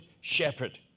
Shepherd